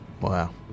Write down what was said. Wow